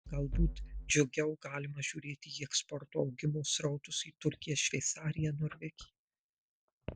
galbūt džiugiau galima žiūrėti į eksporto augimo srautus į turkiją šveicariją norvegiją